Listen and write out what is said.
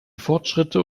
fortschritte